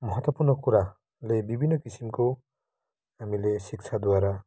महत्त्वपूर्ण कुराले विभिन्न किसिमको हामीले शिक्षाद्वारा